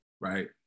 Right